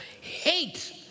Hate